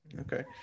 Okay